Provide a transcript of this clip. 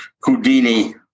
Houdini